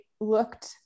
looked